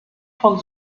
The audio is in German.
von